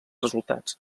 resultats